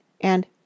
and—